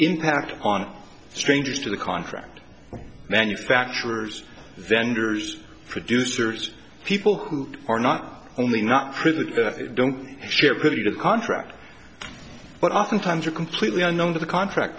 impact on strangers to the contract manufacturers vendors producers people who are not only not privy don't share privy to the contract but oftentimes are completely unknown to the contract